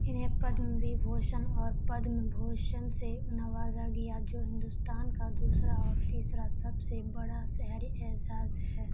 انہیں پدم وبھوشن اور پدم بھوشن سے نوازا گیا جو ہندوستان کا دوسرا اور تیسرا سب سے بڑا شہری اعزاز ہے